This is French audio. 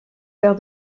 père